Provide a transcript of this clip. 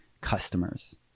customers